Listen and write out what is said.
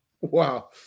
Wow